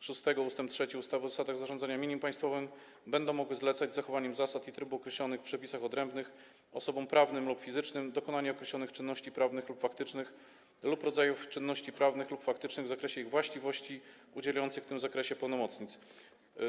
6 ust. 3 ustawy o zasadach zarządzania mieniem państwowym będą mogły zlecać, z zachowaniem zasad i trybu określonych w przepisach odrębnych, osobom prawnym lub fizycznym dokonywanie określonych czynności prawnych lub faktycznych lub rodzajów czynności prawnych lub faktycznych w zakresie ich właściwości, udzielając w tym zakresie pełnomocnictw.